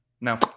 No